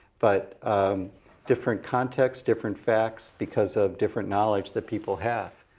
but different context, different facts because of different knowledge that people have?